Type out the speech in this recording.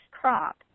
crop